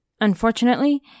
Unfortunately